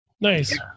Nice